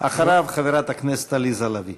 אחריו, חברת הכנסת עליזה לביא.